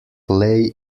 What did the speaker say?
lay